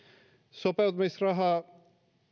sopeutumisrahaa